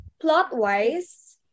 plot-wise